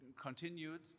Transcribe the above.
continued